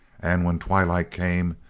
and when twilight came,